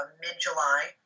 mid-July